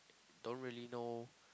don't really know